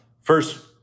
First